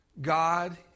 God